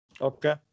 Okay